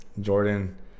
Jordan